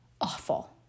awful